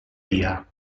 via